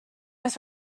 with